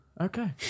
Okay